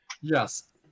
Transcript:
Yes